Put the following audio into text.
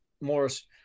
Morris